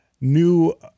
new